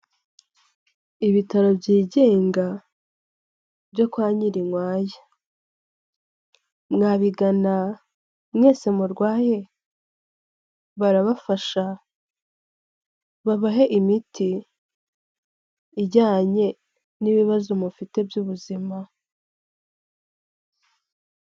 Ibitaro byigenga, byo kwa Nyirinkwaya. Mwabigana mwese murwaye, barabafasha, babahe imiti ijyanye n'ibibazo mufite by'ubuzima.